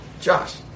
Josh